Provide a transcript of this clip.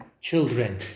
children